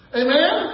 amen